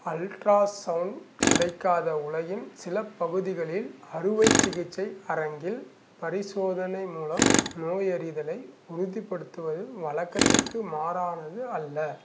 ultra sound கிடைக்காத உலகின் சில பகுதிகளில் அறுவை சிகிச்சை அரங்கில் பரிசோதனை மூலம் நோயறிதலை உறுதிப்படுத்துவது வழக்கத்திற்கு மாறானது அல்ல